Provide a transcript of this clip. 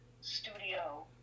studio